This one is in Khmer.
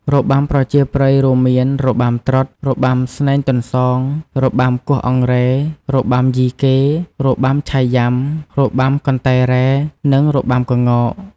របាំប្រជាប្រិយរួមមាន របាំត្រុដិ, របាំស្នែងទន្សោយ, របាំគោះអង្រែ, របាំយីកេ, របាំឆៃយុំា, របាំកន្តែរ៉ែ, និងរបាំក្ងោក ។